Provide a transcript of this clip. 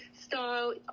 style